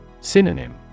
Synonym